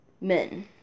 men